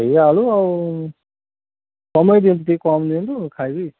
ଏହି ଆଳୁ ଆଉ କମାଇ ଦିଅନ୍ତୁ ଟିକେ କମ୍ ଦିଅନ୍ତୁ ଖାଇବି